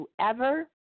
whoever